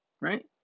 right